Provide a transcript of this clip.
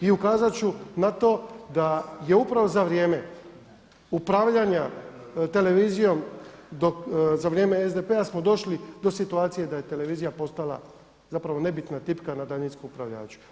I ukazati ću na to da je upravo za vrijeme upravljanja televizijom, za vrijeme SDP-a smo došli do situacije da je televizija postala zapravo nebitna tipka na daljinskom upravljaču.